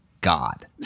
God